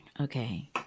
Okay